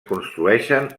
construeixen